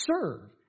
serve